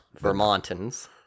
Vermontans